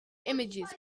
images